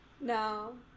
No